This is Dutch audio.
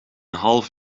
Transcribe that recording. half